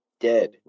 Dead